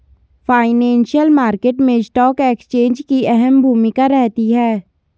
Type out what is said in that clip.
financial market मैं stock exchange की अहम भूमिका रहती है